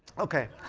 ok.